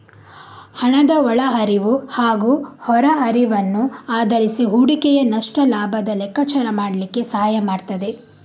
ಹಣದ ಒಳ ಹರಿವು ಹಾಗೂ ಹೊರ ಹರಿವನ್ನು ಆಧರಿಸಿ ಹೂಡಿಕೆಯ ನಷ್ಟ ಲಾಭದ ಲೆಕ್ಕಾಚಾರ ಮಾಡ್ಲಿಕ್ಕೆ ಸಹಾಯ ಮಾಡ್ತದೆ